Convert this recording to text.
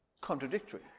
contradictory